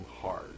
hard